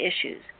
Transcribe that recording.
issues